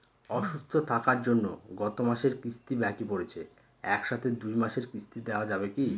অসুস্থ থাকার জন্য গত মাসের কিস্তি বাকি পরেছে এক সাথে দুই মাসের কিস্তি দেওয়া যাবে কি?